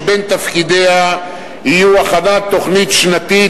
שבין תפקידיה יהיה הכנת תוכנית שנתית